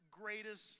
greatest